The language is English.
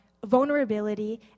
vulnerability